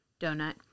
donut